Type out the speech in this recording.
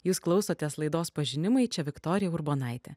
jūs klausotės laidos pažinimai čia viktorija urbonaitė